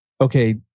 okay